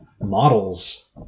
models